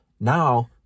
now